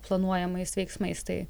planuojamais veiksmais tai